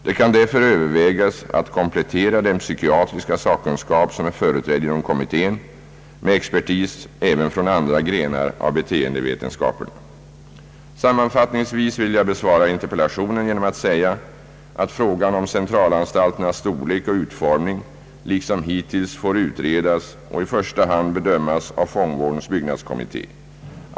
Det kan därför övervägas att komplettera den psykiatriska sakkunskap som är företrädd inom kommittén med expertis även från andra grenar av beteendevetenskaperna. Sammanfattningsvis vill jag besvara interpellationen genom att säga att frågan om centralanstalternas storlek och utformning liksom hittills får utredas och i första hand bedömas av fångvårdens byggnadskommitté.